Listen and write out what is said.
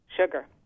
Sugar